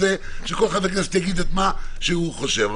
או